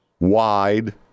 wide